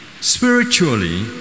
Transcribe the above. spiritually